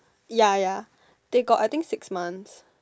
ya ya they got I think six months